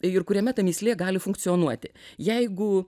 ir kuriame ta mįslė gali funkcionuoti jeigu